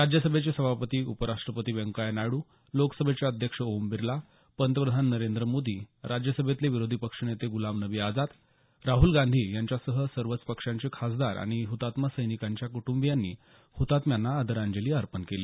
राज्यसभेचे सभापती उपराष्ट्रपती व्यंकय्या नायडू लोकसभेचे अध्यक्ष ओम बिर्ला पंतप्रधान नरेंद्र मोदी राज्यसभेतले विरोधी पक्षनेते ग़लाम नबी आझाद राहल गांधी यांच्यासह सर्वच पक्षांचे खासदार आणि हतात्मा सैनिकांच्या कुटंबीयांनी हृतात्म्यांना आदरांजली अर्पण केली